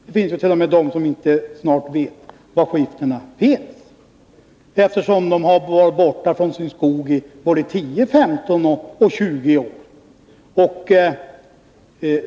Det finns t.o.m. skogsägare som knappt vet var skiftena finns, eftersom de varit borta från sin skog kanske 10, 15 eller 20år.